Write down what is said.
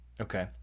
Okay